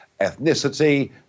ethnicity